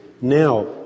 Now